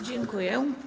Dziękuję.